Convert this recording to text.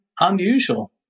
unusual